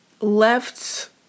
left